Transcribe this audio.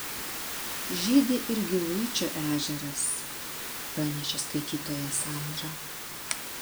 žydi ir giluičio ežeras pranešė skaitytoja sandra